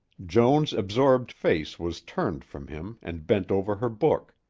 joan's absorbed face was turned from him and bent over her book,